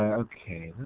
okay.